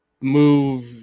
move